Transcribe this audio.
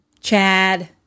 Chad